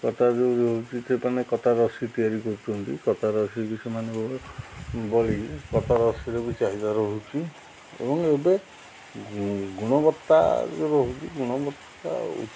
କତା ଯେଉଁ ରହୁଛି ସେମାନେ କତା ରଶି ତିଆରି କରୁଛନ୍ତି କତା ରଶି ସେମାନେ ବଳି କତା ରଶିରେ ବି ଚାହିଦା ରହୁଛି ଏବଂ ଏବେ ଗୁଣବତ୍ତା ଯେଉଁ ରହୁଛି ଗୁଣବତ୍ତା